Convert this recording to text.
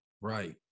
Right